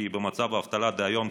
כי במצב האבטלה דהיום,